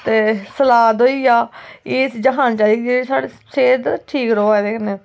ते सलाद होई गेआ एह् चीजां खानी चाहिदियां साढ़े सेह्त ठीक रवै एह्दे कन्नै